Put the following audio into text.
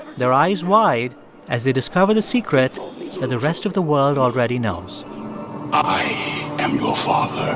their eyes wide as they discover the secret that the rest of the world already knows i am your father